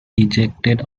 ejected